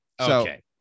Okay